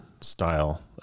style